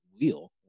wheel